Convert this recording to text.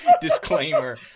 disclaimer